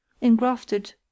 engrafted